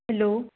hello